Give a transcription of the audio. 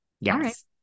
Yes